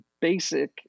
basic